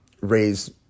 raise